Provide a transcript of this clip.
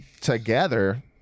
together